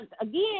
Again